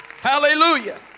Hallelujah